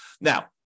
Now